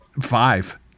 Five